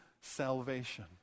salvation